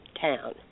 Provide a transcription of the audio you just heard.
town